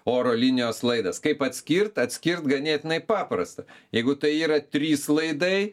oro linijos laidas kaip atskirt atskirt ganėtinai paprasta jeigu tai yra trys laidai